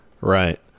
Right